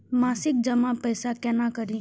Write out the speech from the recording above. मासिक जमा पैसा केना करी?